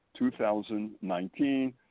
2019